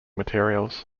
materials